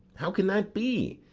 how can that be,